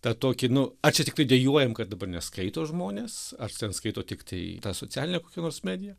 tą tokį nu ar čia tikrai dejuojam kad dabar neskaito žmonės ar ten skaito tiktai tą socialinę kokią nors medją